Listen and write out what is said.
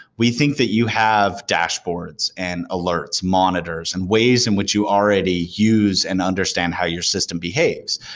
we think that you have dashboards and alerts, monitors and ways in which you already use and understand how your system behaves.